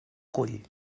cull